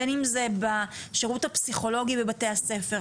בין אם זה בשירות הפסיכולוגי בבתי הספר,